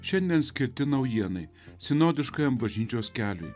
šiandien skirti naujienai sinodiškajam bažnyčios keliui